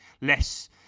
less